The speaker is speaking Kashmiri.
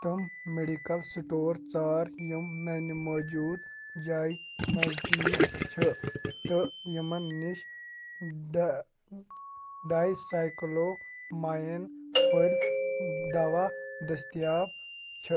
تِم مٮ۪ڈِکَل سِٹور ژار یِم میٛانہِ موجوٗد جایہِ نزدیٖک چھِ تہٕ یِمَن نِش ڈَ ڈَے سایکٕلومایِن پھٔلۍ دَوا دٔستیاب چھِ